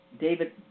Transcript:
David